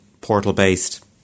portal-based